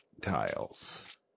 tiles